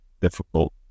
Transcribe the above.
difficult